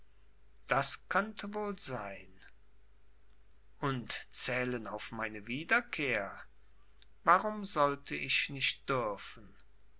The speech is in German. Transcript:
das könnte wohl sein und zählen auf meine wiederkehr warum sollt ich nicht dürfen